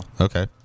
Okay